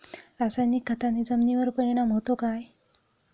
रासायनिक खताने जमिनीवर परिणाम होतो का?